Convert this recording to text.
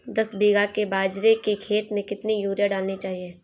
दस बीघा के बाजरे के खेत में कितनी यूरिया डालनी चाहिए?